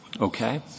okay